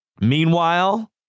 Meanwhile